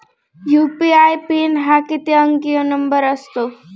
UPI PIN हा किती अंकी नंबर असतो?